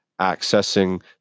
accessing